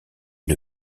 une